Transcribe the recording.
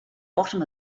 bottom